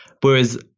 whereas